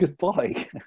goodbye